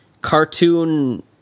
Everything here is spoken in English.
cartoon